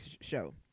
Show